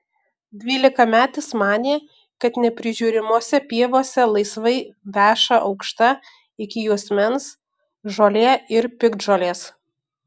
dvylikametis manė kad neprižiūrimose pievose laisvai veša aukšta iki juosmens žolė ir piktžolės